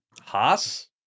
Haas